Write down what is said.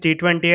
T20